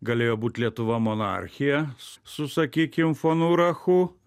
galėjo būt lietuva monarchija su sakykim fon urachu